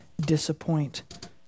disappoint